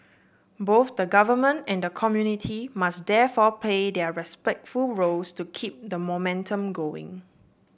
both the government and the community must therefore play their roles to keep the momentum going